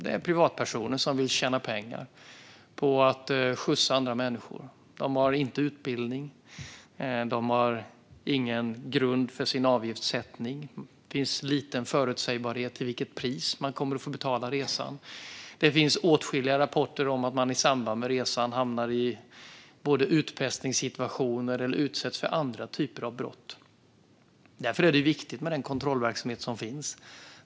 Det är privatpersoner som vill tjäna pengar på att skjutsa andra människor. De har inte utbildning. De har ingen grund för sin avgiftssättning. Det finns liten förutsägbarhet i vilket pris man kommer att få betala för resan. Det finns även åtskilliga rapporter om att man i samband med resan hamnar i utpressningssituationer eller utsätts för andra typer av brott. Därför är det viktigt med den kontrollverksamhet som finns.